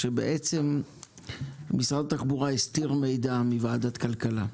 כי למעשה משרד התחבורה הסתיר מידע מוועדת הכלכלה.